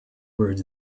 words